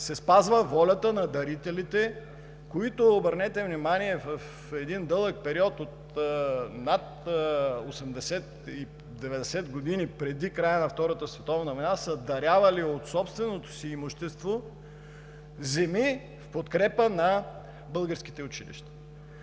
се спазва волята на дарителите, които, обърнете внимание, в един дълъг период от над 80 – 90 г., преди края на Втората световна война, са дарявали от собственото си имущество земи в подкрепа на българските училища.